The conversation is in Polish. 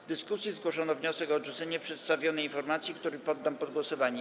W dyskusji zgłoszono wniosek o odrzucenie przedstawionej informacji, który poddam pod głosowanie.